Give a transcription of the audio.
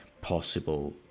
possible